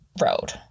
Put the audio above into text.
road